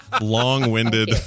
long-winded